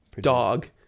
dog